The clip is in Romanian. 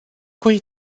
cui